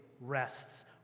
rests